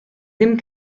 ddim